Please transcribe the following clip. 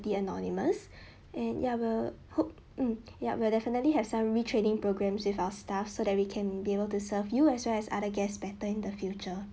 the anonymous and ya we'll hope mm ya will definitely have some retraining programs with our staff so that we can be able to serve you as well as other guests better in the future